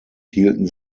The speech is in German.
hielten